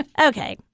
Okay